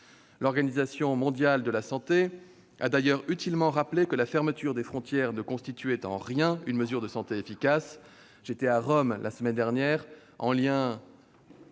L'Organisation mondiale de la santé a d'ailleurs utilement signalé que la fermeture des frontières ne constituait en rien une mesure de santé efficace. La semaine dernière, à